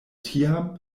tiam